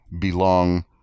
belong